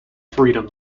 freedom